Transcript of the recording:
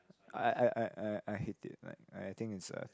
I I I I I hate it like I think it's a